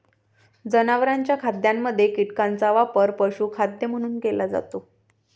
जनावरांच्या खाद्यामध्ये कीटकांचा वापर पशुखाद्य म्हणून केला जातो